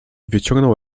wyciągnął